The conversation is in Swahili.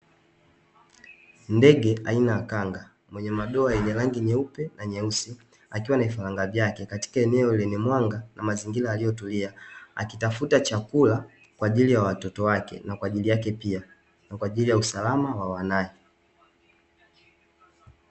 Ndege aina ya kanga, mwenye madoa yenye rangi nyeupe na nyeusi. Akiwa na vifaranga vyake katika eneo lenye mwanga, na mazingira yaliyotulia. Akitafuta chakula kwa ajili ya watoto wake, na kwa ajili yake pia na kwa ajili ya usalama wa wanae.